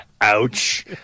ouch